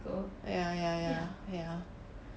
ya ya ya ya